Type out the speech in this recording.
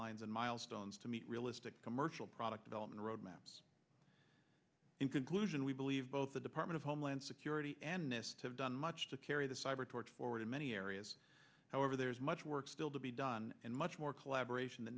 lines and milestones to meet realistic commercial product development roadmaps in conclusion we believe both the department of homeland security and this have done much to carry the cyber torch forward in many areas however there is much work still to be done and much more collaboration th